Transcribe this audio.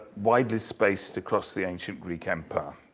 widely spaced across the ancient greek empire.